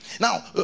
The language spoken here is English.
Now